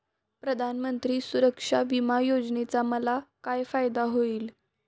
प्रधानमंत्री सुरक्षा विमा योजनेचा मला काय फायदा होईल?